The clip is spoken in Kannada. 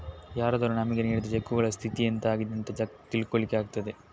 ಯಾರಾದರೂ ನಮಿಗೆ ನೀಡಿದ ಚೆಕ್ಕುಗಳ ಸ್ಥಿತಿ ಎಂತ ಆಗಿದೆ ಅಂತ ತಿಳ್ಕೊಳ್ಳಿಕ್ಕೆ ಆಗ್ತದೆ